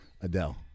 Adele